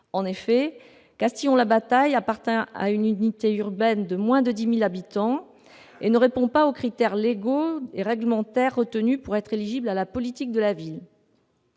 En effet, Castillon-la-Bataille appartient à une unité urbaine de moins de 10 000 habitants et ne répond pas aux critères légaux et réglementaires retenus pour être éligible à la politique de la ville.